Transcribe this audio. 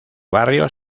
barrio